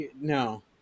No